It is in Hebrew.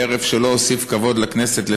בערב שלא הוסיף כבוד לכנסת,